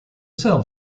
cell